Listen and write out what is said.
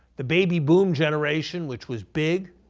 the baby boom generation, which was big,